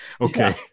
Okay